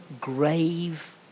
grave